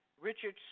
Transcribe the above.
Richard